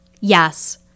yes